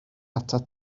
atat